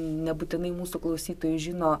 nebūtinai mūsų klausytojai žino